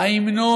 ההמנון,